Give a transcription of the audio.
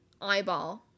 eyeball